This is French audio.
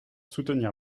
soutenir